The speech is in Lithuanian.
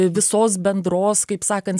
visos bendros kaip sakant